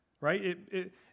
right